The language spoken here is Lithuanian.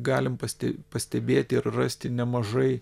galim paste pastebėti ir rasti nemažai